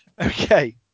okay